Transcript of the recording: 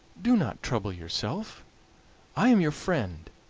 do not trouble yourself i am your friend,